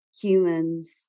humans